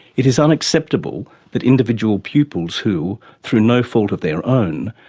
it is unacceptable that individual pupils who, through no fault of their own,